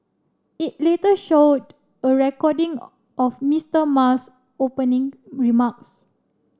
it later showed a recording of Mister Ma's opening remarks